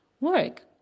work